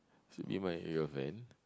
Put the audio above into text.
should you be my girlfriend